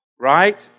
Right